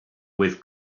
with